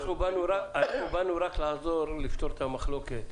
אנחנו באנו רק לעזור לפתור את המחלוקת.